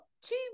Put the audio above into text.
two